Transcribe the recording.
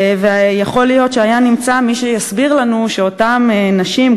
ויכול להיות שהיה נמצא מי שיסביר לנו שאותם נשים,